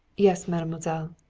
yes, mademoiselle.